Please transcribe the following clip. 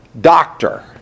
Doctor